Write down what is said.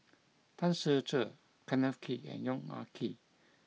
Tan Ser Cher Kenneth Kee and Yong Ah Kee